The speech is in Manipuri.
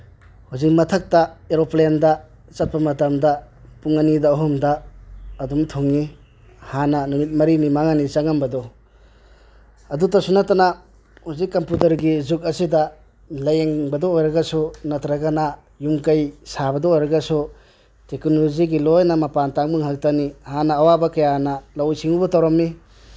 ꯍꯧꯖꯤꯛ ꯃꯊꯛꯇ ꯑꯦꯔꯣꯄ꯭ꯂꯦꯟꯗ ꯆꯠꯄ ꯃꯇꯝꯗ ꯄꯨꯡ ꯑꯅꯤꯗ ꯑꯍꯨꯝꯗ ꯑꯗꯨꯝ ꯊꯨꯡꯏ ꯍꯥꯟꯅ ꯅꯨꯃꯤꯠ ꯃꯔꯤꯅꯤ ꯃꯉꯥꯅꯤ ꯆꯪꯉꯝꯕꯗꯨ ꯑꯗꯨꯇꯁꯨ ꯅꯠꯇꯅ ꯍꯧꯖꯤꯛ ꯀꯝꯄꯨꯇꯔꯒꯤ ꯖꯨꯛ ꯑꯁꯤꯗ ꯂꯥꯌꯦꯡꯕꯗ ꯑꯣꯏꯔꯒꯁꯨ ꯅꯠꯇ꯭ꯔꯒꯅ ꯌꯨꯝ ꯀꯩ ꯁꯥꯕꯗ ꯑꯣꯏꯔꯒꯁꯨ ꯇꯦꯛꯅꯣꯂꯣꯖꯤꯒꯤ ꯂꯣꯏꯅ ꯃꯄꯥꯟ ꯇꯥꯡꯕ ꯉꯥꯛꯇꯅꯤ ꯍꯥꯟꯅ ꯑꯋꯥꯕ ꯀꯌꯥꯅ ꯂꯧꯎ ꯁꯤꯡꯎꯕ ꯇꯧꯔꯝꯃꯤ